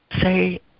Say